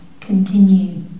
continue